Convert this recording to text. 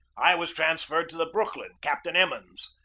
i was transferred to the brooklyn, captain emmons,